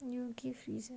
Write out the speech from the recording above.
you give reason